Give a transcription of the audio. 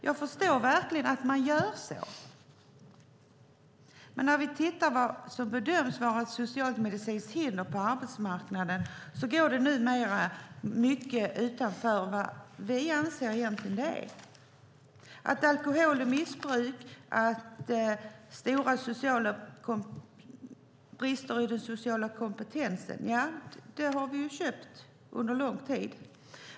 Jag förstår verkligen att man gör så. Men det som bedöms vara ett socialmedicinskt hinder på arbetsmarknaden går numera mycket utanför vad vi anser att det egentligen är. Alkohol, missbruk och stora brister i den sociala kompetensen har vi köpt under lång tid.